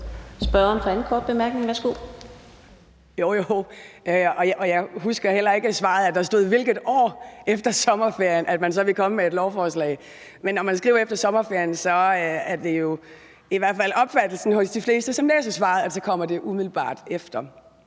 Spørgeren for den anden korte bemærkning. Værsgo. Kl. 10:07 Mai Mercado (KF): Jo, jo, og jeg husker heller ikke, at der i svaret stod, i hvilket år efter sommerferien man ville komme med et lovforslag. Men når man skriver »efter sommerferien«, er det jo i hvert fald opfattelsen hos de fleste, som læser svaret, at det kommer umiddelbart efter.